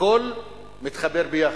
הכול מתחבר ביחד,